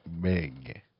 big